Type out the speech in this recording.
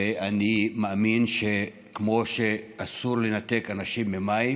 ואני מאמין שכמו שאסור לנתק אנשים ממים